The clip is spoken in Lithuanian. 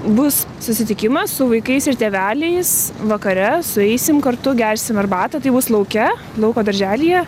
bus susitikimas su vaikais ir tėveliais vakare sueisim kartu gersim arbatą tai bus lauke lauko darželyje